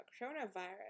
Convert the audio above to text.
coronavirus